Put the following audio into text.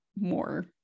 more